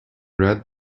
read